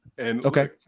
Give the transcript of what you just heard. Okay